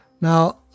Now